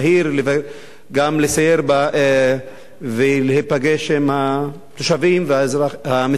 גם לסייר ולהיפגש עם התושבים המצרים.